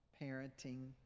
parenting